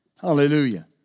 Hallelujah